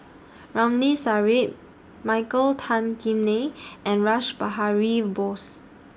Ramli Sarip Michael Tan Kim Nei and Rash Behari Bose